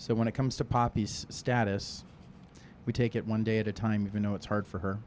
so when it comes to poppies status we take it one day at a time even though it's hard for her